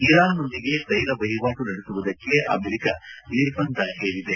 ಇರಾನ್ನೊಂದಿಗೆ ತೈಲ ವಹಿವಾಟು ನಡೆಸುವುದಕ್ಕೆ ಅಮೆರಿಕ ನಿರ್ಬಂಧ ಹೇರಿದೆ